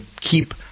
keep